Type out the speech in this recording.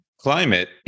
Climate